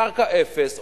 קרקע אפס,